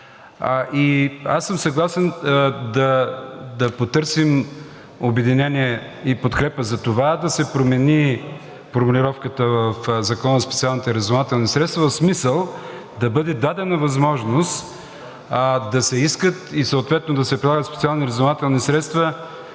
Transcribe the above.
Аз съм съгласен да потърсим обединение и подкрепа за това да се промени формулировката в Закона за специалните разузнавателни средства в смисъл да бъде дадена възможност да се искат и съответно да се прилагат специални разузнавателни средства